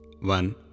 One